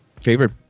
Favorite